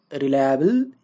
Reliable